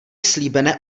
slíbené